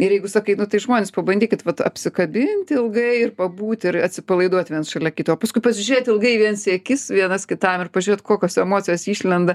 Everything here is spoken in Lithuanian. ir jeigu sakai nu tai žmonės pabandykit vat apsikabinti ilgai ir pabūti ir atsipalaiduot viens šalia kito o paskui pasižiūrėt ilgai viens į akis vienas kitam ir pažiūrėt kokios emocijos išlenda